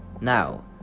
Now